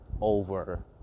over